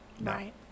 Right